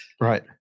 Right